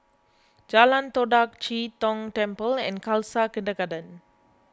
Jalan Todak Chee Tong Temple and Khalsa Kindergarten